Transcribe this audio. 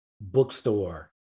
bookstore